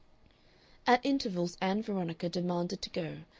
at intervals ann veronica demanded to go,